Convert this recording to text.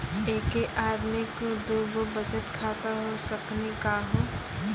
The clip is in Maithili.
एके आदमी के दू गो बचत खाता हो सकनी का हो?